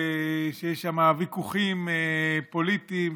שיש שם ויכוחים פוליטיים,